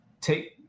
take